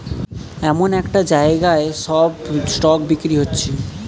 এমন একটা জাগায় সব স্টক বিক্রি হচ্ছে